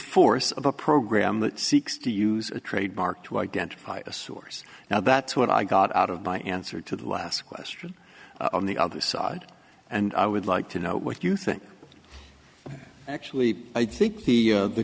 sigh of a program that seeks to use a trademark to identify a source now that's what i got out of my answer to the last question on the other side and i would like to know what you think actually i think the